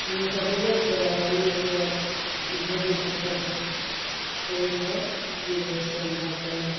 मुँहसँ बोलय छियै आओर ओनेसँ भेजय छै सबचीज एहि सब चीज होइ छै हमरा अरके एने